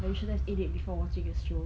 you shouldn't have ate it before watching the show